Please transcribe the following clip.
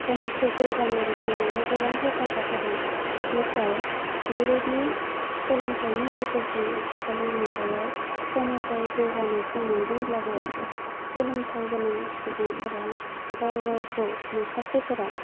समाजखौ जौगानाय बिथिङावहाय गोबां हेफाजाब होदों नाथाय बेबायदि सोलोंथाइनि गेजेरजों आथिखालनि मुगायाव समाजाव जौगानायखौ मोन्दोंब्लाबो सोलोंथाइ गोनां सुबुंफोरा गाव गावखौ माखासेफोरा